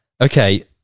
Okay